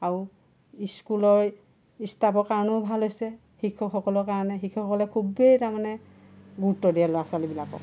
আৰু স্কুলৰ ষ্টাফৰ কাৰণেও ভাল হৈছে শিক্ষকসকলৰ কাৰণে শিক্ষকসকলে খুবেই তাৰমানে গুৰুত্ব দিয়ে ল'ৰা ছোৱালীবিলাকক